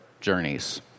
journeys